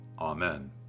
Amen